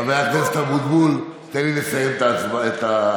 חבר הכנסת אבוטבול, תן לי לסיים את ההליך.